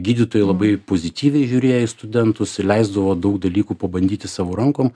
gydytojai labai pozityviai žiūrėjo į studentus įleisdavo daug dalykų pabandyti savo rankom